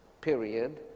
period